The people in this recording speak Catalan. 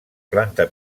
planta